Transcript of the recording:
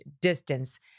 distance